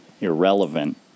irrelevant